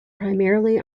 primarily